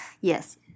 Yes